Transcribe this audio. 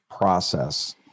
process